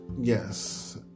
yes